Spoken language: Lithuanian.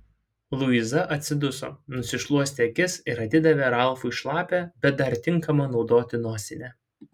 luiza atsiduso nusišluostė akis ir atidavė ralfui šlapią bet dar tinkamą naudoti nosinę